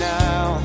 now